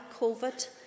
COVID